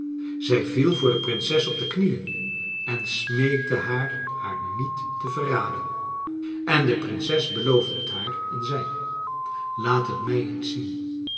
zij viel voor de prinses op de knieen en smeekte haar haar niet te verraden en de prinses beloofde het haar en zei laat het mij eens zien